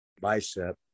bicep